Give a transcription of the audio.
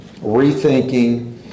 rethinking